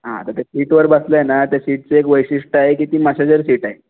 हां तर त्या सीटवर बसले आहे ना त्या सीटचं एक वैशिष्ट्य आहे की ती मसाजर सीट आहे